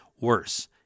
worse